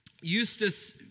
Eustace